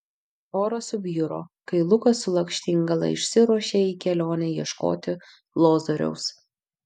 oras subjuro kai lukas su lakštingala išsiruošė į kelionę ieškoti lozoriaus